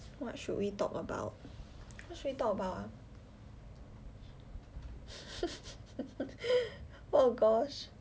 what should we talk about what should we talk about ah oh gosh